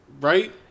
right